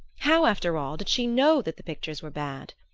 how, after all, did she know that the pictures were bad?